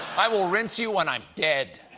i will rinse you when i'm dead!